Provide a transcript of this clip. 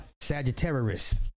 Sagittarius